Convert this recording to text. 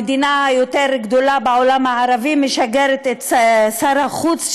המדינה היותר-גדולה בעולם הערבי משגרת את שר החוץ שלה,